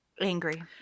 Angry